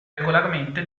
regolarmente